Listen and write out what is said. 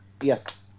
Yes